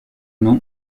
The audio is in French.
nom